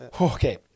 Okay